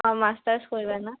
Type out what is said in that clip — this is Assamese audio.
অঁ মাষ্টাৰ্ছ কৰিবা ন